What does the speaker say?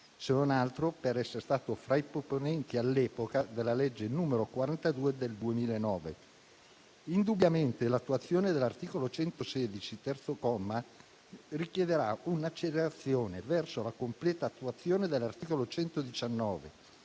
se non altro per esser stato fra i proponenti, all'epoca, della legge n. 42 del 2009. Indubbiamente, l'attuazione dell'articolo 116, terzo comma, richiederà un'accelerazione verso la completa attuazione dell'articolo 119,